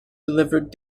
delivered